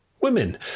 women